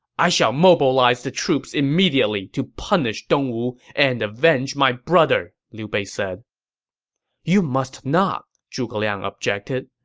i shall mobilize the troops immediately to punish dongwu and avenge my brother! liu bei said you must not, zhuge liang objected.